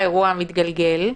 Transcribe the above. זה לא ממש פיילוט.